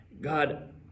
God